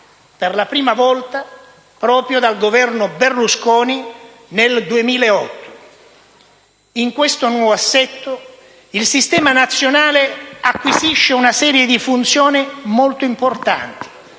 per la prima volta, proprio dal Governo Berlusconi nel 2008. In questo nuovo assetto, il Sistema nazionale acquisisce una serie di funzioni molto importanti,